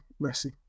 Messi